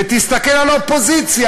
ותסתכל על האופוזיציה,